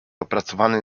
opracowany